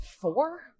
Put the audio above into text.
four